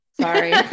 Sorry